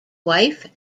wife